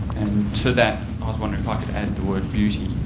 to that wondering if i could add the word beauty